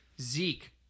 Zeke